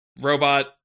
Robot